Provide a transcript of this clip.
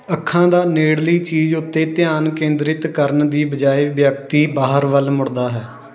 ਅੱਖਾਂ ਦਾ ਨੇੜਲੀ ਚੀਜ਼ ਉੱਤੇ ਧਿਆਨ ਕੇਂਦਰਿਤ ਕਰਨ ਦੀ ਬਜਾਏ ਵਿਅਕਤੀ ਬਾਹਰ ਵੱਲ ਮੁੜਦਾ ਹੈ